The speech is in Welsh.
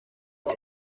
mae